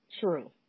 True